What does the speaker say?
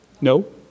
No